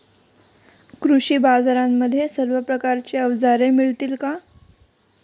कृषी बाजारांमध्ये सर्व प्रकारची अवजारे मिळतील का?